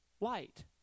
light